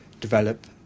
develop